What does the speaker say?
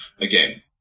Again